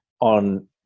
on